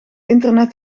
internet